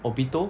obito